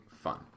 fun